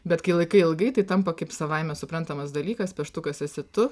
bet kai laikai ilgai tai tampa kaip savaime suprantamas dalykas pieštukas esi tu